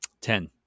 Ten